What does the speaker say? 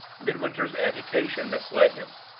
midwinter's agitation misled him.